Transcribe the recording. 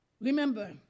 Remember